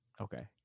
Okay